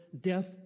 death